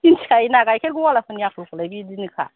मिथिखायोना गायखेर गवालाफोरनि आखल खौलाय बिदिनो खा